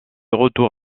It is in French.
retour